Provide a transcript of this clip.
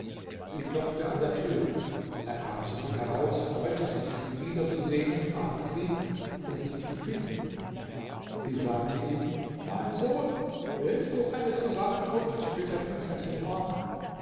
sie klopfte an der tür er kam zu ihr heraus freute sich sie wiederzusehen und fragte sie wie sie sich befinde sie sagte ihm mein sohn willst du eine zusammenkunft mit der prinzessin haben